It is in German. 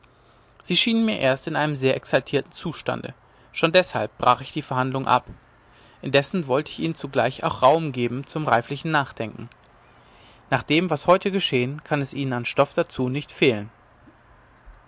sie schienen mir erst in einem sehr exaltierten zustande schon deshalb brach ich die verhandlung ab indessen wollte ich ihnen zugleich auch raum geben zum reiflichen nachdenken nach dem was heute geschehen kann es ihnen an stoff dazu nicht fehlen